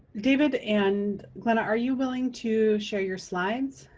david and glenna, are you willing to share your slides?